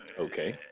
okay